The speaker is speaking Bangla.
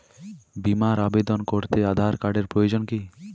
বিমার আবেদন করতে আধার কার্ডের প্রয়োজন কি?